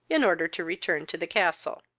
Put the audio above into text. in order to return to the castle.